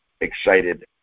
Excited